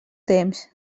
temps